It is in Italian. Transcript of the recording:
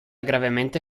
gravemente